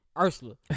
Ursula